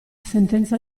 sentenza